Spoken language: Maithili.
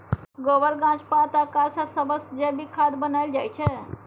गोबर, गाछ पात आ कासत सबसँ जैबिक खाद बनाएल जाइ छै